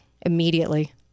immediately